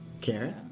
Karen